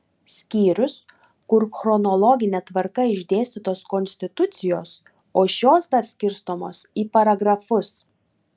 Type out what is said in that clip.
skyrius kur chronologine tvarka išdėstytos konstitucijos o šios dar skirstomos į paragrafus